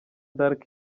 d’arc